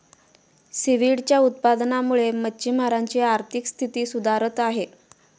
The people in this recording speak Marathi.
सीव्हीडच्या उत्पादनामुळे मच्छिमारांची आर्थिक स्थिती सुधारत आहे